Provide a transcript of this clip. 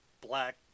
black